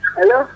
Hello